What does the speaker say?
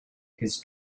his